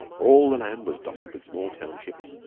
all the land was dotted with small townships,